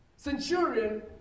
Centurion